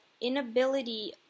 inability